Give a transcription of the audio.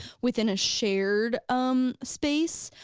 within a shared um space,